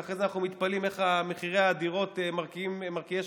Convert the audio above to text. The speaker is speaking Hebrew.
ואחרי זה אנחנו מתפלאים איך מחירי הדירות מרקיעים שחקים.